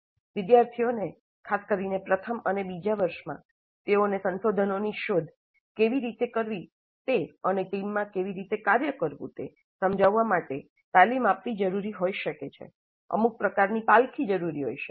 વિદ્યાર્થીઓને જેમ કે આપણે જણાવ્યું છે ખાસ કરીને પ્રથમ વર્ષ અને બીજા વર્ષમાં તેઓને સંસાધનોની શોધ કેવી રીતે કરવી તે અને ટીમમાં કેવી રીતે કાર્ય કરવું તે સમજાવવા માટે તાલીમ આપવી જરૂરી હોઈ શકે છે અમુક પ્રકારની પાલખી જરૂરી હોઇ શકે